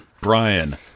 Brian